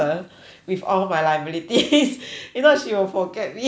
with all my liabilities if not she will forget me